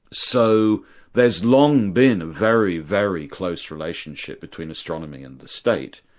so there's long been a very, very close relationship between astronomy and the state,